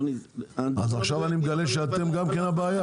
אדוני --- אז עכשיו אני מגלה שאתם גם כן הבעיה?